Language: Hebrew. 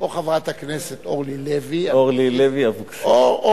או חברת הכנסת אורלי לוי או אורלי.